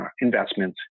investments